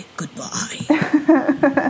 Goodbye